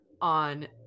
on